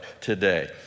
today